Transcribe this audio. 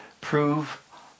prove